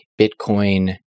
Bitcoin